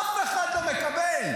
אף אחד לא מקבל.